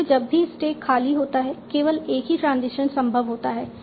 फिर से जब भी स्टैक खाली होता है केवल एक ही ट्रांजिशन संभव होता है